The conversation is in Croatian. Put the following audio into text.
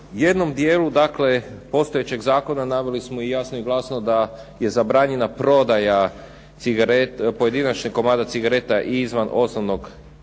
jednom dijelu postojećeg zakona naveli smo jasno i glasno da je zabranjena prodaja pojedinačnih komada cigareta izvan osnovnog pakiranja.